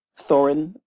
Thorin